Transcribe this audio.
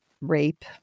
rape